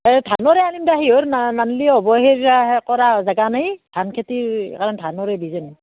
এই ধানৰে আনিম দে সিহৰ না নানিলেও হ'ব সেই যে সেই কৰা জেগা নাই ধানখেতি আমাৰ ধানৰে বীজ আনিম